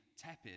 tepid